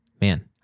man